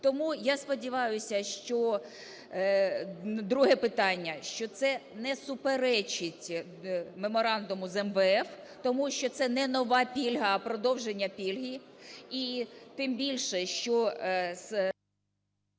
друге питання, що це не суперечить меморандуму з МВФ, тому що це не нова пільга, а продовження пільги,